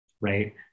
right